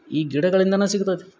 ಈ ಗಿಡಗಳಿಂದನ ಸಿಗ್ತತಿ